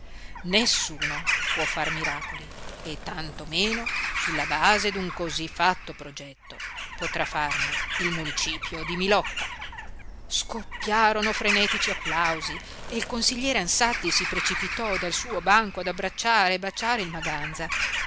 nessuno può far miracoli e tanto meno su la base d'un cosí fatto progetto potrà farne il municipio di milocca scoppiarono frenetici applausi e il consigliere ansatti si precipitò dal suo banco ad abbracciare e baciare il maganza